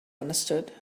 understood